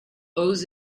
owes